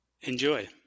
Enjoy